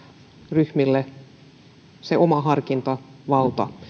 ryhmille oman harkintavallan